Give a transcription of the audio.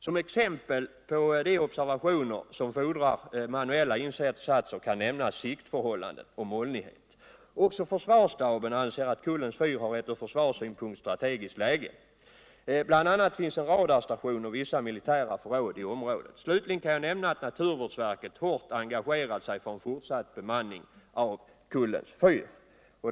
Som exempel på de observationer som fordrar manuella insatser kan nämnas siktförhållanden och molnighet. Även försvarsstaben anser att Kullens fyr har ett strategiskt läge. Bl a. finns en militär radarstation och vissa militära förråd i området. Slutligen kan jag nämna att naturvårdsverket har engagerat sig för en fortsatt bemanning av Kullens fyr.